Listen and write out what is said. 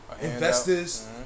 investors